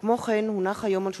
אורי אורבך,